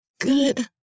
good